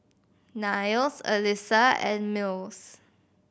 Niles Elissa and Mills